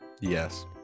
yes